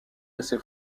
essai